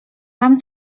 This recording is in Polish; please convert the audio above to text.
mam